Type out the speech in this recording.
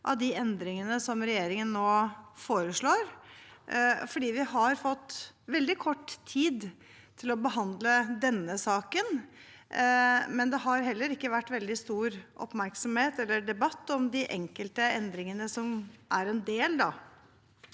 av de endringene som regjeringen nå foreslår, fordi vi har fått veldig kort tid til å behandle saken. Det har heller ikke vært veldig stor oppmerksomhet eller debatt om de enkelte endringene, som er en del